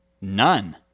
None